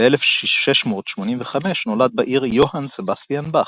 ב-1685 נולד בעיר יוהאן סבסטיאן באך.